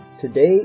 Today